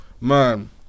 man